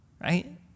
Right